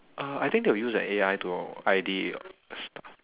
uh I think they will use an A_I to I_D your stuff